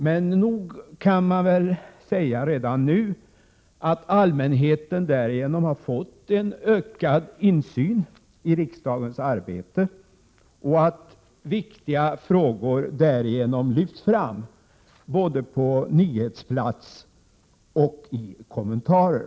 Man kan redan nu säga att allmänheten därigenom har fått en ökad insyn i riksdagens arbete. I samband därmed har viktiga frågor lyfts fram både på nyhetsplats och i kommentarer.